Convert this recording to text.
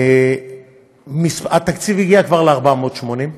התקציב הגיע כבר ל-480,